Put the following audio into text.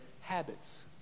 habits